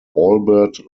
albert